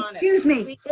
um excuse me,